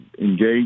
engage